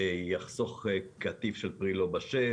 זה יחסוך קטיף של פרי לא בשל,